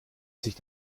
sich